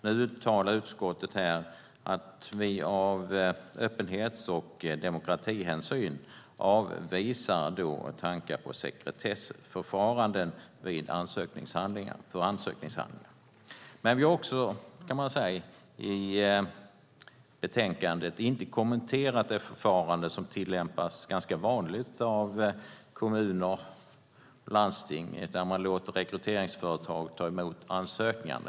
Nu uttalar utskottet här att vi av öppenhets och demokratihänsyn avvisar tankar på sekretessförfaranden för ansökningshandlingar. Men vi har, kan man säga, i betänkandet inte kommenterat det förfarande som är ganska vanligt hos kommuner och landsting, nämligen att man låter rekryteringsföretag ta emot ansökningarna.